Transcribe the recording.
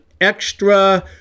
extra